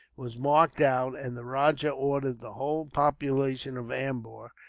was marked out and the rajah ordered the whole population of ambur,